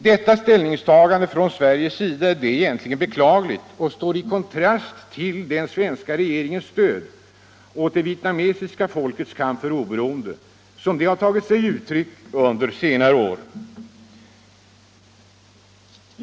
Detta ställningstagande från Sveriges sida är egentligen beklagligt och står i kontrast till den svenska regeringens stöd åt det vietnamesiska folkets kamp för oberoende, som det tagit sig uttryck under senare år.